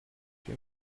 she